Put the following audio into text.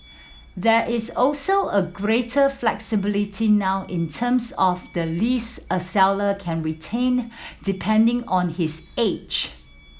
there is also a greater flexibility now in terms of the lease a seller can retain depending on his age